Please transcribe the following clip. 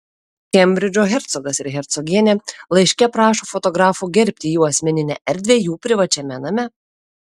kembridžo hercogas ir hercogienė laiške prašo fotografų gerbti jų asmeninę erdvę jų privačiame name